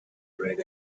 bread